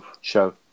show